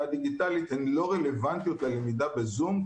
הדיגיטלית הן לא רלוונטיות ללמידה בזום,